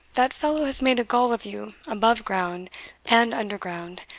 that fellow has made a gull of you above ground and under ground,